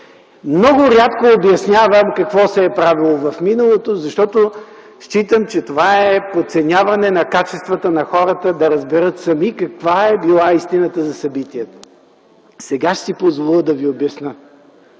Много рядко обяснявам какво се е правило в миналото, защото считам, че това е подценяване на качествата на хората да разберат сами каква е била истината за събитията. Сега ще си позволя да ви обясня